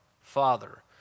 Father